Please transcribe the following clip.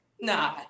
Nah